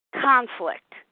conflict